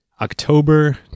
October